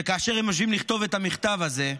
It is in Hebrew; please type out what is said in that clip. שכאשר הם יושבים לכתוב את המכתב הזה,